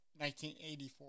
1984